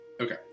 Okay